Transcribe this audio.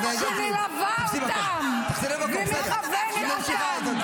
שמלווה אותם ומכוונת אותם -- חברת הכנסת,